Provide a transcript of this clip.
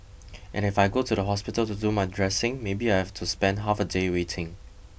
and if I go to the hospital to do my dressing maybe I have to spend half a day waiting